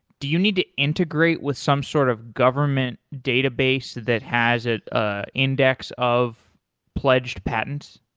do you need to integrate with some sort of government database that has ah ah index of pledged patents?